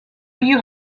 you